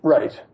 Right